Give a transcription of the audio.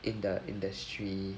in the industry